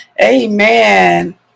amen